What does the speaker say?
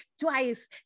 twice